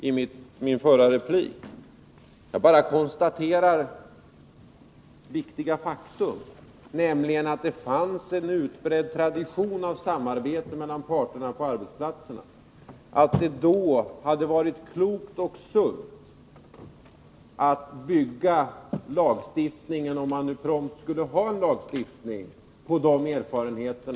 Jag konstaterade bara ett viktigt faktum, nämligen att det fanns en utbredd tradition av. samarbete mellan parterna på arbetsplatserna före MBL. Det hade varit klokt och sunt att bygga lagstiftningen, om man nu prompt skulle ha en lagstiftning, på dessa erfarenheter.